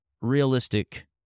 realistic